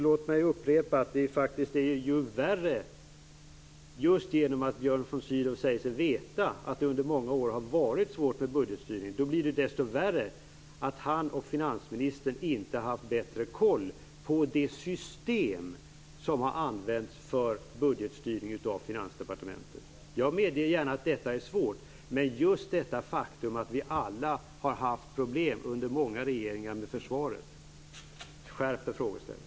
Det är ju faktiskt värre just genom att Björn von Sydow säger sig veta att det under många år har varit svårt med budgetstyrning. Då blir det desto värre att han och finansministern inte har haft bättre koll på det system som har använts av Finansdepartementet för budgetstyrning. Jag medger gärna att det är svårt, men just detta faktum att vi alla har haft problem med försvaret under många regeringar skärper frågeställningen.